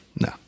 no